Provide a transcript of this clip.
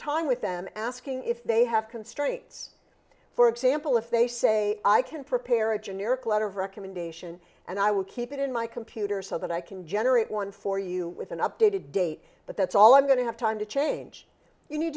time with them asking if they have constraints for example if they say i can prepare a generic letter of recommendation and i will keep it in my computer so that i can generate one for you with an updated date but that's all i'm going to have time to change you need